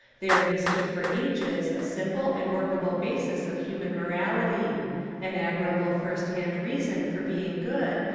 there he stood for ages a simple and workable basis of human morality an admirable first-hand reason for being good,